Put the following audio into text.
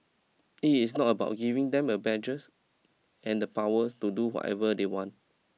it is not about giving them a badges and the powers to do whatever they want